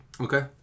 Okay